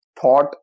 thought